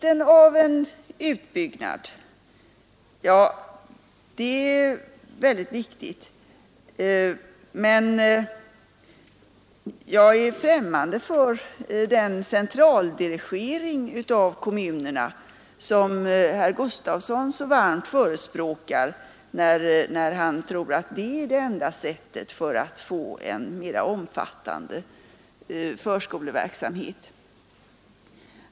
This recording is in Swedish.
En utbyggnad är mycket viktig, men jag är främmande för den centraldirigering av kommunerna som herr Gustavsson i Alvesta så varmt förespråkar och som han tror vara det enda sättet för att få en mera omfattande förskoleverksamhet.